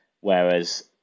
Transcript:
Whereas